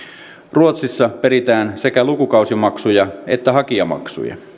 ruotsissa peritään sekä lukukausimaksuja että hakijamaksuja